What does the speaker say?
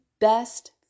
best